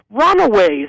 runaways